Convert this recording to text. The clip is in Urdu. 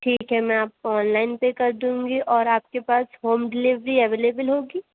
ٹھیک ہے میں آپ کو آن لائن پے کر دوں گی اور آپ کے پاس ہوم ڈلیوری اویلیبل ہوگی